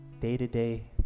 day-to-day